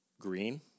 green